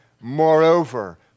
Moreover